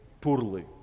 poorly